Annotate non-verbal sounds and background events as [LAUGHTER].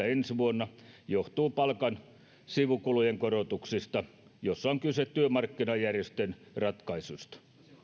[UNINTELLIGIBLE] ensi vuonna johtuu palkan sivukulujen korotuksista joissa on kyse työmarkkinajärjestöjen ratkaisuista